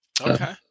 Okay